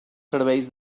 serveis